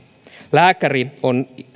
lääkäri on